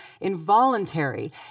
involuntary